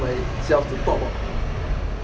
myself to talk about